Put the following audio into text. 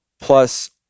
Plus